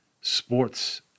sports